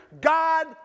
God